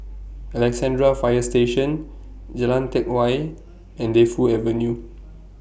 Alexandra Fire Station Jalan Teck Whye and Defu Avenue